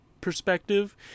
perspective